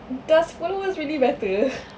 does followers really matter